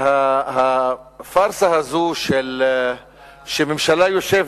הפארסה הזאת שממשלה יושבת,